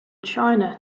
china